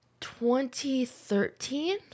2013